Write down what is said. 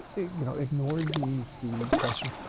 you know, ignored the the question,